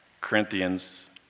Corinthians